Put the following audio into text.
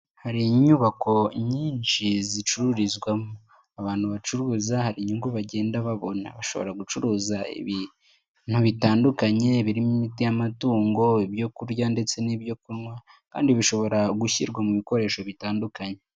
Hari inyubako nyinshi zicururizwamo, abantu bacuruza hari inyungu bagenda babona, bashobora gucuruza ibintu bitandukanye birimo imiti y'amatungo, ibyokurya ndetse n'ibyo kunywa, kandi bishobora gushyirwa mu bikoresho bitandukanye.